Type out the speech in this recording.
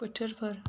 बोथोरफोर